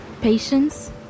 patience